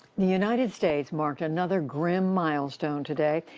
the united states marked another gruesome milestone today,